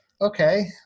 okay